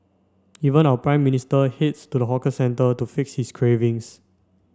even our Prime Minister heads to the hawker centre to fix his cravings